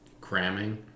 cramming